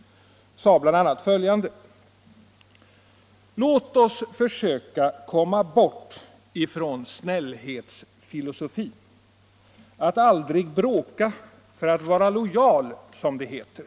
— sade bl.a. följande: ”Låt oss försöka komma bort ifrån snällhetsfilosofin — att aldrig bråka för att vara lojal som det heter.